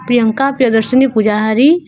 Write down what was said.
Priyanka Priyadarshini Pujahari